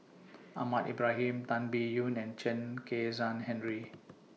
Ahmad Ibrahim Tan Biyun and Chen Kezhan Henri